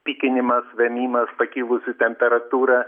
pykinimas vėmimas pakilusi temperatūra